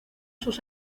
sus